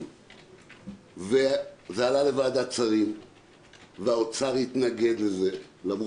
זה עלה לוועדת שרים לענייני חקיקה ומשרד האוצר התנגד לזה.